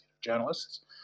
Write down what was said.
Journalists